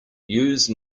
use